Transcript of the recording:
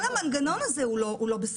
כל המנגנון הזה הוא לא בסדר.